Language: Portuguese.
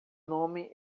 nome